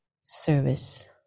service